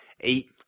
eight